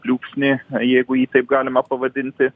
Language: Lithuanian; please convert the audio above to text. pliūpsnį jeigu jį taip galima pavadinti